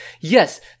Yes